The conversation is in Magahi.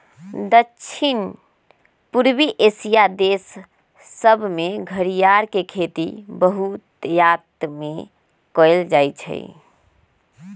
दक्षिण पूर्वी एशिया देश सभमें घरियार के खेती बहुतायत में कएल जाइ छइ